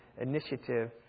initiative